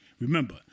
Remember